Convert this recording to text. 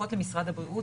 שמדווחות למשרד הבריאות